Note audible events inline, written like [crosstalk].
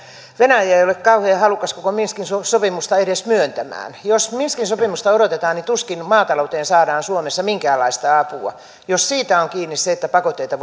venäjä ei ole kauhean halukas koko minskin sopimusta edes myöntämään jos minskin sopimusta odotetaan niin tuskin maatalouteen saadaan suomessa minkäänlaista apua jos siitä on kiinni se että pakotteita [unintelligible]